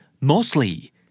mostly